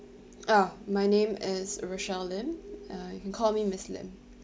ah my name is rochelle lim uh you can call me miss lim